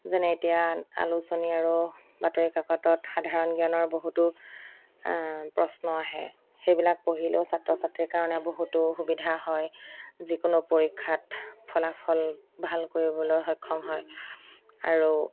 যেনে এতিয়া আলোচনী আৰু বাতৰি কাকতত সাধাৰণ জ্ঞানৰ বহুতো প্ৰশ্ন আহে সেইবিলাক পঢ়িলেও ছাত্ৰ ছাত্ৰীৰ কাৰণে বহুতো সুবিধা হয় যিকোনো পৰীক্ষাত ফলাফল ভাল কৰিবলৈ সক্ষম হয় আৰু